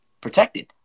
protected